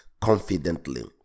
confidently